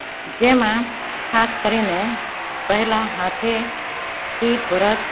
જેમાં ખાસ કરીને પહેલા હાથેથી ભરત